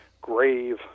grave